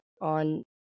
on